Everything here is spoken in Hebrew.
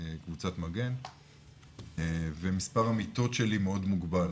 לקבוצת מגן ומספר המיטות מאוד מוגבל,